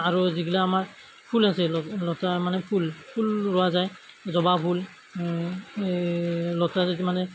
আৰু যিবিলাক আমাৰ ফুল আছে লতা মানে ফুল ফুল ৰোৱা যায় জবা ফুল লতাজাতীয় মানে